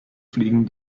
fliegen